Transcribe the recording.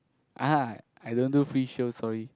ah I don't do free show sorry